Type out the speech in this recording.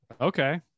Okay